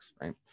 right